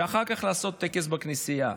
ואחר כך לעשות טקס בכנסייה.